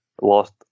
lost